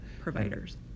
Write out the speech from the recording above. providers